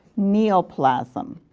neoplasm,